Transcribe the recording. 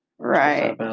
Right